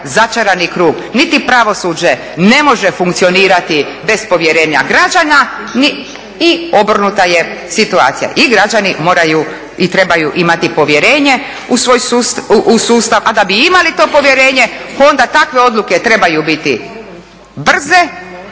začarani krug. Niti pravosuđe ne može funkcionirati bez povjerenja građana i obrnuta je situacija i građani i moraju i trebaju imati povjerenje u sustav. A da bi imali to povjerenje onda takve odluke trebaju biti brze,